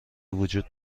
وجود